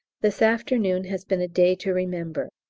this afternoon has been a day to remember.